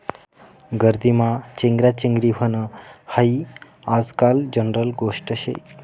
गर्दीमा चेंगराचेंगरी व्हनं हायी आजकाल जनरल गोष्ट शे